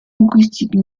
linguistique